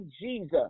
Jesus